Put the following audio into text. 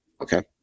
Okay